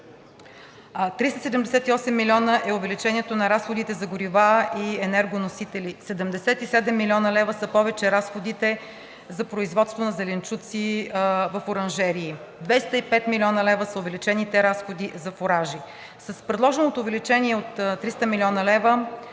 378 млн. лв. е увеличението на разходите за горива и енергоносители. 77 млн. лв. са повече разходите за производството на зеленчуци в оранжерии. 205 млн. лв. са увеличените разходи за фуражи. С предложеното увеличение от 300 млн. лв.